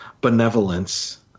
benevolence